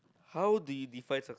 how did you define success